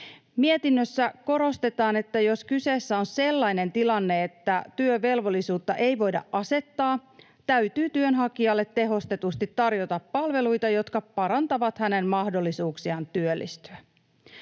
Mietinnössä korostetaan, että jos kyseessä on sellainen tilanne, että työvelvollisuutta ei voida asettaa, täytyy työnhakijalle tehostetusti tarjota palveluita, jotka parantavat hänen mahdollisuuksiaan työllistyä.